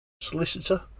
solicitor